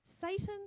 Satan